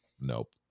nope